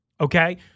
Okay